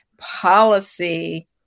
policy